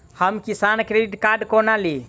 हम किसान credit card कोना ली?